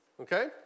okay